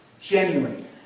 Genuine